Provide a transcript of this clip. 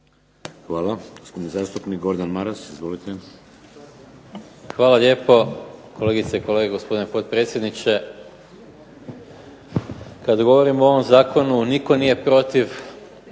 **Maras, Gordan (SDP)** Hvala lijepo, kolegice i kolege, gospodine potpredsjedniče. Kad govorimo o ovom zakonu, nitko nije protiv